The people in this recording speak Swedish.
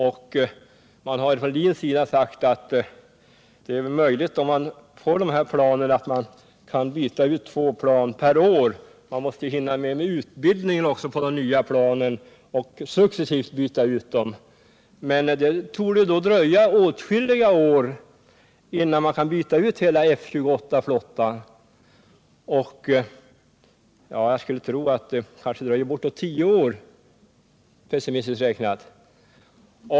Från LIN:s sida har man sagt att det är möjligt att man successivt kan byta ut två plan per år. Man måste också hinna med att utbilda på det nya planet. Det torde då dröja åtskilliga år innan man har bytt ut hela F-28-flottan. Det kan ta bortåt 10 år, pessimistiskt räknat.